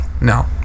no